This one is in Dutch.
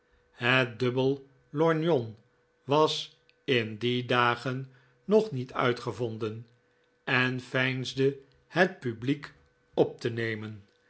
het dubbel lorgnon was in die dagen nog niet uitgevonden en veinsde het publiek op te nemen